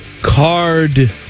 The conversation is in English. card